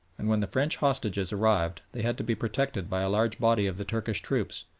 and when the french hostages arrived they had to be protected by a large body of the turkish troops,